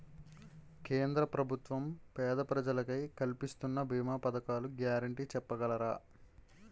కేంద్ర ప్రభుత్వం పేద ప్రజలకై కలిపిస్తున్న భీమా పథకాల గ్యారంటీ చెప్పగలరా?